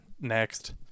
next